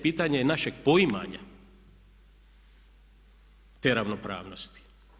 Pitanje je našeg poimanja te ravnopravnosti.